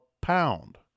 pound